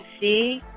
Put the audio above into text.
see